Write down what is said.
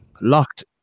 locked